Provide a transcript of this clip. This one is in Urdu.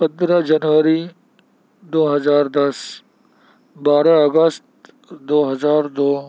پندرہ جنوری دو ہزار دس بارہ اگست دو ہزار دو